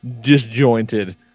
disjointed